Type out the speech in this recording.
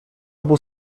obu